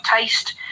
taste